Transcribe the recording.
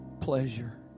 pleasure